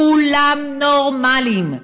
כולם נורמליים.